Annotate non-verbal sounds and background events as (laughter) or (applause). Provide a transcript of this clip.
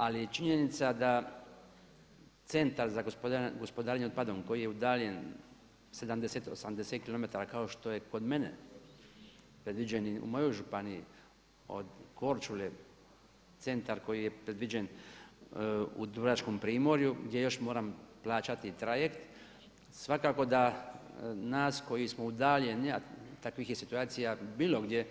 Ali je činjenica da centar za gospodarenje otpadom koji je udaljen 70, 80 kilometara kao što je kod mene, predviđeni u mojoj županiji, od Korčule, centar koji je predviđen u … (unintelligible) primorju gdje još moram plaćati trajekt, svakako da nas koji smo udaljeni, a takvih je situacija bilo gdje